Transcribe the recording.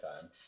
time